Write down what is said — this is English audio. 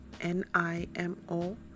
N-I-M-O